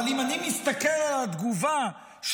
אבל אם אני מסתכל על התגובה של